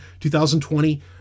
2020